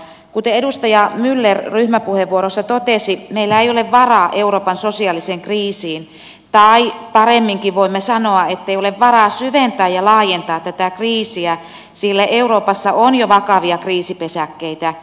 kuten edustaja myller ryhmäpuheenvuorossa totesi meillä ei ole varaa euroopan sosiaaliseen kriisiin tai paremminkin voimme sanoa ettei ole varaa syventää ja laajentaa tätä kriisiä sillä euroopassa on jo vakavia kriisipesäkkeitä